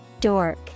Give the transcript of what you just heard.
Dork